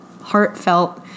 heartfelt